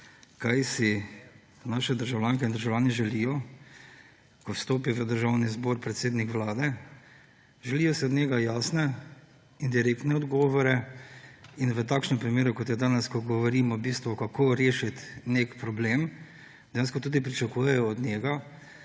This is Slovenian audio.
kaj si naše državljanke in državljani želijo, ko vstopi v Državni zbor predsednik Vlade. Želijo si od njega jasne in direktne odgovore. In v takšnem primeru, kot je danes, ko govorimo v bistvu, kako rešiti nek problem, dejansko tudi pričakujejo od njega,